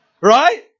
Right